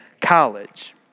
college